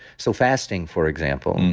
so fasting for example,